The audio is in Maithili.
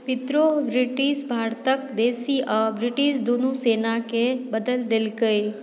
विद्रोह ब्रिटिश भारतक देशी आ ब्रिटिश दुनू सेना के बदल देलकै